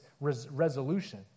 resolution